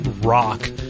rock